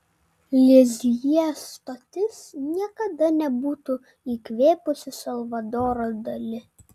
lizjė stotis niekada nebūtų įkvėpusi salvadoro dali